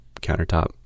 countertop